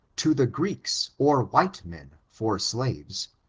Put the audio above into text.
to the greeks or white men, for slaves,